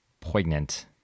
poignant